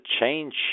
change